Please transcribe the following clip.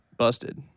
busted